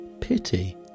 pity